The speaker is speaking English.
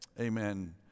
amen